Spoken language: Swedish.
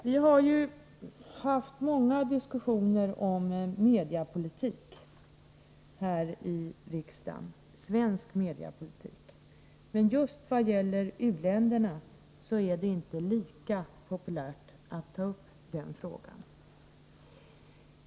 Vi har haft många diskussioner om svensk mediapolitik här i riksdagen, men just vad gäller u-länderna är det inte lika populärt att ta upp den frågan.